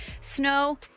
Snow